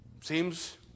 Seems